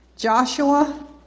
Joshua